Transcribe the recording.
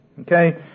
Okay